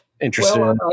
interested